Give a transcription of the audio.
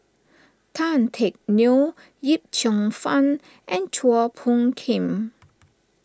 Tan Teck Neo Yip Cheong Fun and Chua Phung Kim